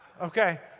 Okay